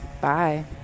Bye